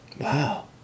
Wow